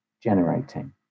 generating